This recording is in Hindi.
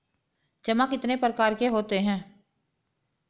जमा कितने प्रकार के होते हैं?